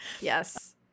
Yes